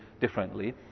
differently